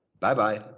Bye-bye